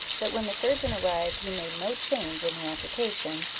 that when the surgeon arrived he made no change in the application,